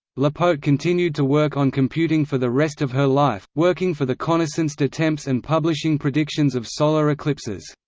lepaute continued to work on computing for the rest of her life, working for the connaissance de temps and publishing predictions of solar eclipses.